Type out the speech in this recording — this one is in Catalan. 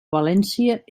valència